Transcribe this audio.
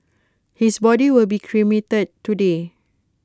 his body will be cremated today